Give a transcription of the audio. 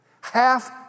Half